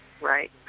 right